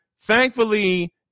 Thankfully